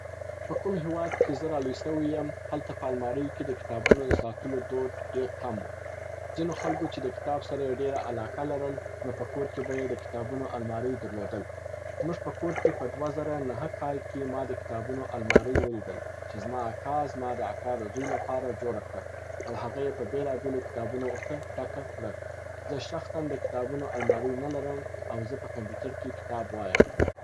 په کوم هیواد کي چې زه را لوی سوی یم، هلته په الماریو کې د کتابونو د ساتلو دود ډېر کم و. ځینو خلګو چې د کتاب سره یې ډېر علاقه لرل، نو په کور کې به یې د کتابو المارۍ درلودل. زموږ په کور کې په دوه زره نهه کال کې ما د کتابو المارۍ ولیدل چې زما اکا زما د اکا د زوی لپاره جوړه کړه او هغه یې په بیلا بیلو کتابونو ورته ډکه کړه. زه شخصا د کتابونو المارۍ نه لرم او زه په کمپیوټر کي کتاب وایم.